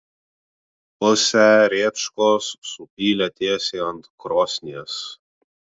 pusę rėčkos supylė tiesiai ant krosnies